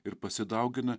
ir pasidaugina